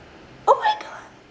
oh my god